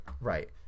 right